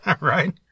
Right